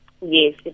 Yes